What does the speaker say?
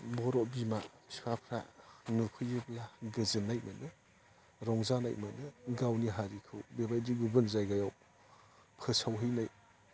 बर' बिमा बिफाफ्रा नुफैयोब्ला गोजोननाय मोनो रंजानाय मोनो गावनि हारिखौ बेबायदि गुबुन जायगायाव फोसावहैनाय